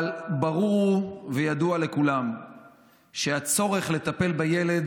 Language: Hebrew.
אבל ברור וידוע לכולם שהצורך לטפל בילד,